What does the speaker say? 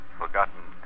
forgotten